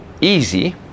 easy